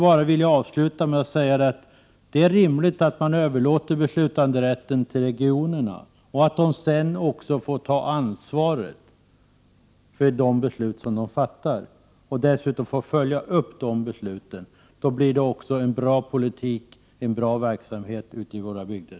Jag vill avsluta med att säga att det är rimligt att överlåta beslutanderätten till regionerna och ge dem ansvar för de beslut som de fattar och ge dem möjlighet att följa upp dem. Då blir det säkert en bra politik och en god verksamhet ute i våra bygder.